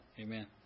Amen